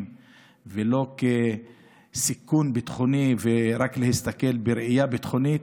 ולא כסיכון ביטחוני ורק להסתכל בראייה ביטחונית,